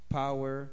power